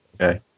Okay